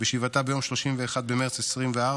בישיבתה ביום 31 במרץ 2024,